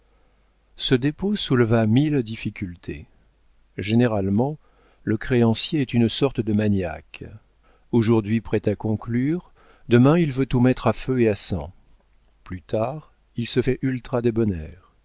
ce dépôt souleva mille difficultés généralement le créancier est une sorte de maniaque aujourd'hui prêt à conclure demain il veut tout mettre à feu et à sang plus tard il se fait ultra débonnaire